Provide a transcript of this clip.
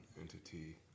entity